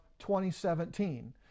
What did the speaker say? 2017